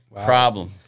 Problem